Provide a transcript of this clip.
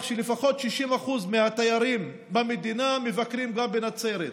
שלפחות 60% מהתיירים במדינה מבקרים גם בנצרת.